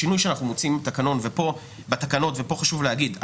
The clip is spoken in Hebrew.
השינוי המוצע בתקנות ופה חשוב להגיד,